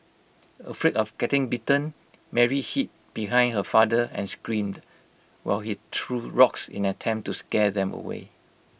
afraid of getting bitten Mary hid behind her father and screamed while he threw rocks in an attempt to scare them away